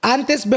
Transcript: Antes